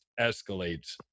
escalates